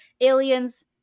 aliens